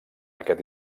aquest